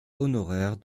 honoraire